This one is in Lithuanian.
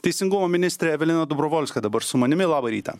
teisingumo ministrė evelina dobrovolska dabar su manimi labą rytą